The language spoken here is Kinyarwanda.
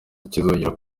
kizongera